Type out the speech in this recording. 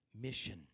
mission